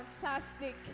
fantastic